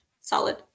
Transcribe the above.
Solid